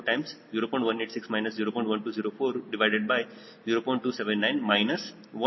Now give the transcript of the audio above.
279 10